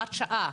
הוראת שעה.